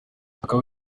akaba